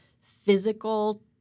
physical